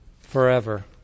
forever